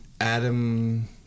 Adam